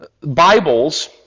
Bibles